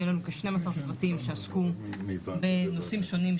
היו לנו כ-12 צוותים שעסקו בנושאים שונים,